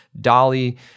dolly